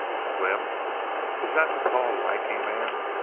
slim is that the tall, lanky man?